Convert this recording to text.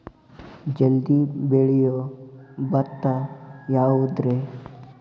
ಜಲ್ದಿ ಬೆಳಿಯೊ ಭತ್ತ ಯಾವುದ್ರೇ?